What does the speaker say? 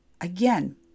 Again